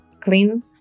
clean